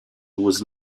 was